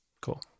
Cool